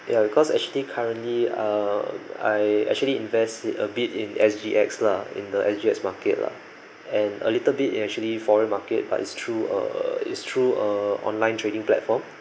ya because actually currently uh I actually invest in a bit in S_G_X lah in the S_G_X market lah and a little bit in actually foreign market but it's through err it's through a online trading platform